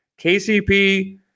KCP